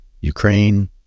Ukraine